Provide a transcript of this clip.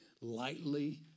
lightly